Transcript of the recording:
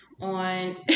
on